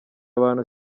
abantu